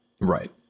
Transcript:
Right